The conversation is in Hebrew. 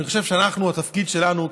אבל אני חושב שהתפקיד שלנו,